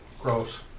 Gross